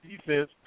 defense